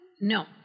No